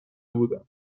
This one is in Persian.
بودم